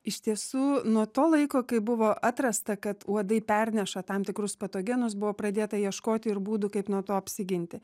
iš tiesų nuo to laiko kai buvo atrasta kad uodai perneša tam tikrus patogenus buvo pradėta ieškoti ir būdų kaip nuo to apsiginti